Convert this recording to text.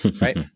right